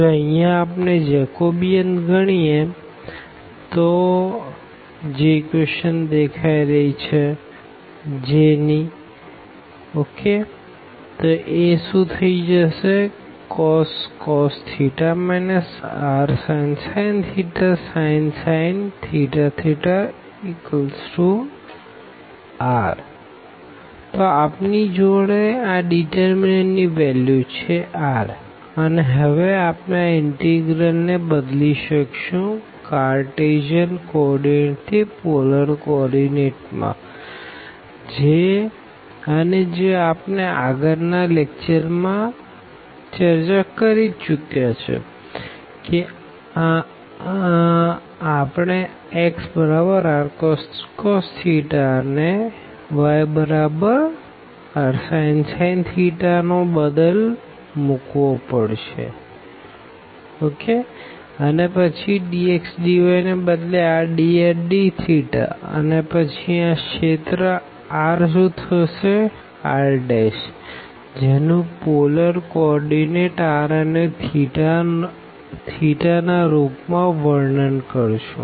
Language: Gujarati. જો અહિયાં આપણે જેકોબિયન ગણીએ તો J∂x∂r ∂x∂θ ∂y∂r ∂y∂θ cos rsin sin r તો આપણી જોડે આ ડીટરમીનંટ ની વેલ્યુ છે rઅને હવે આપણે આ ઇનટેગરલ ને બદલી શકશું કાઅર્તેસિયન કો ઓર્ડીનેટ થી પોલર કો ઓર્ડીનેટ માં અને જે આપણે આગળ ના લેકચર માં ચર્ચા કરી ચુક્યા છે કે આપણે xrcos અને yrsin નો બદલ મુકવો પડશે અને પછી dx dy ને બદલે rdrdθઅને પછી આ રીજિયન R થશે Rજેનું પોલર કો ઓર્ડીનેટ r અનેના રૂપ માં વર્ણન કરશું